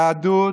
היהדות,